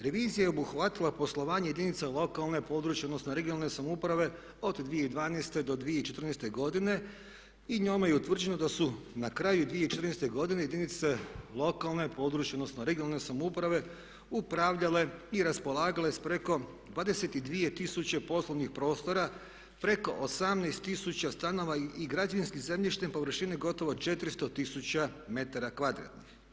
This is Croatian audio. Revizija je obuhvatila poslovanje jedinica lokalne, područne odnosno regionalne samouprave od 2012. do 2014. godine i njome je utvrđeno da su na kraju 2014. godine jedinice lokalne, područne odnosno regionalne samouprave upravljale i raspolagale sa preko 22 tisuće poslovnih prostora, preko 18000 stanova i građevinskim zemljištem površine gotovo 400 tisuća metara kvadratnih.